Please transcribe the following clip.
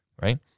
Right